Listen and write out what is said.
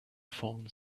fallen